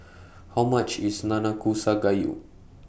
How much IS Nanakusa Gayu